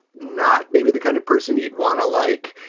not baby the kind of person you'd want to, like,